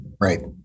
right